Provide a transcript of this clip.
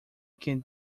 can